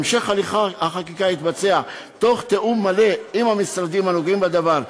המשך הליכי החקיקה יתבצע תוך תיאום מלא עם המשרדים הנוגעים בדבר,